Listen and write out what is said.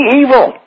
evil